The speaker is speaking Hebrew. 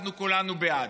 אנחנו כולנו בעד,